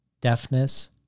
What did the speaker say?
Deafness